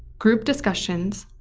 group discussions,